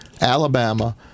Alabama